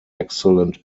excellent